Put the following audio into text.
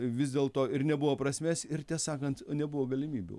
vis dėlto ir nebuvo prasmės ir ties sakant nebuvo galimybių